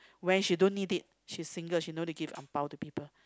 when she don't need it she's single she no need to give angbao to people